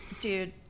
Dude